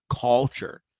culture